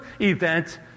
event